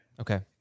Okay